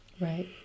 Right